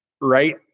right